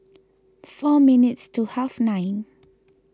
four minutes to half nine